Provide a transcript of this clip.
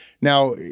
Now